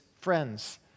friends